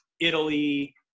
Italy